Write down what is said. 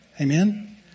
Amen